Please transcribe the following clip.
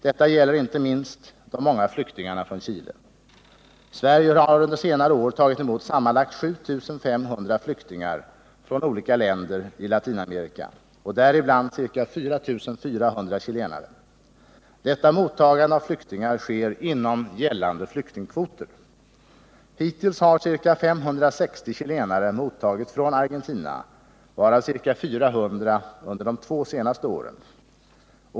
Detta gäller inte minst de många flyktingarna från Chile. Sverige har under senare år tagit emot sammanlagt 7 500 flyktingar från olika länder i Latinamerika, däribland ca 4 400 chilenare. Detta mottagande av flyktingar sker inom gällande flyktingkvoter. Hittills har ca 560 chilenare mottagits från Argentina, varav ca 400 under de två senaste åren.